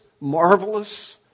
marvelous